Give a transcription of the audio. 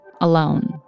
alone